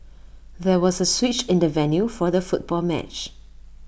there was A switch in the venue for the football match